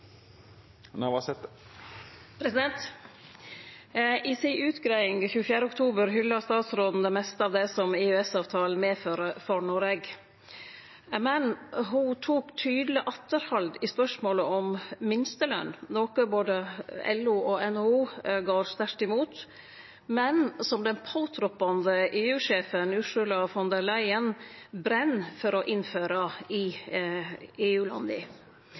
I utgreiinga si den 24. oktober hylla statsråden det meste av det som EØS-avtalen fører med seg for Noreg. Men ho tok tydeleg atterhald i spørsmålet om minsteløn, noko både LO og NHO går sterkt imot, men som den påtroppande EU-sjefen, Ursula von der Leyen, brenn for å innføre i